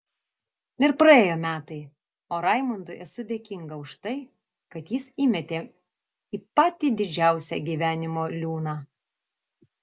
ir praėjo metai o raimundui esu dėkinga už tai kad jis įmetė į patį didžiausią gyvenimo liūną